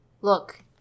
Look